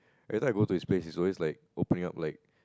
every time I go to his place it's always like opening up like